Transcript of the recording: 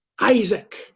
Isaac